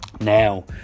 Now